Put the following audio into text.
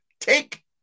Take